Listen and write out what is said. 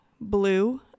blue